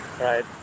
right